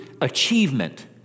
achievement